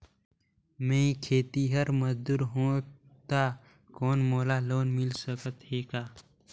मैं खेतिहर मजदूर हों ता कौन मोला लोन मिल सकत हे का?